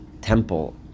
temple